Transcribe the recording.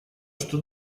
что